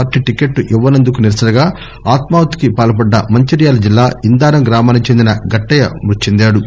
party టిక్కెట్లు ఇవ్వనందుకు నిరసనగా ఆత్కాహుతికి పాల్పడ్డ మంచిర్యాల జిల్లా ఇందారం గ్రామానికి చెందిన గట్టయ్య మ్ఫతి చెందాడు